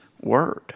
word